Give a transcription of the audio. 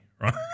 Right